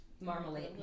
Marmalade